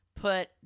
put